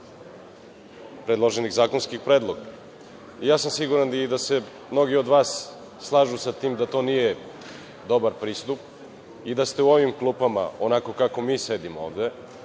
predloženih zakonskih predloga. Siguran sam da se i mnogi od vas slažu sa tim da to nije dobar pristup i da ste u ovim u klupama onako kako mi sedimo ovde,